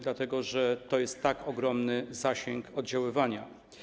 Dlatego że ma ona tak ogromny zasięg oddziaływania.